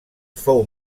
fou